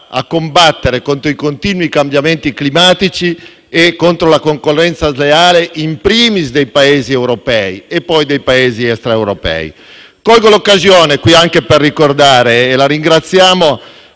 a combattere contro i continui cambiamenti climatici e contro la concorrenza sleale, *in primis* dei Paesi europei e poi dei Paesi extraeuropei. Colgo l'occasione anche per ricordare - e la ringraziamo